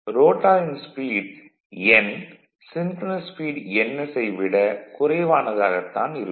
ரோட்டாரின் speed 'n' synchronous speed 'ns' ஐ விட குறைவானதாக தான் இருக்கும்